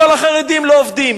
כל החרדים לא עובדים.